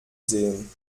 sehen